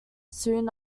soon